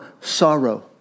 sorrow